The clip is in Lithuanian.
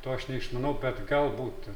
to aš neišmanau bet galbūt